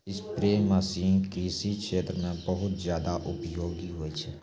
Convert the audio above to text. spray machine कृषि क्षेत्र म बहुत जादा उपयोगी होय छै